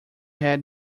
had